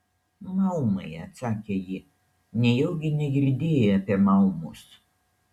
maumai atsakė ji nejaugi negirdėjai apie maumus